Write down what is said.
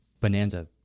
Bonanza